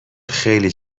خیلی